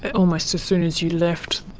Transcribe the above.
almost as soon as you left,